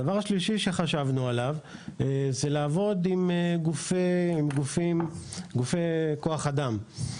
דבר נוסף שחשבנו עליו זה לעבוד עם גופי כוח אדם.